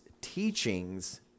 teachings